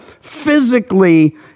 physically